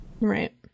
Right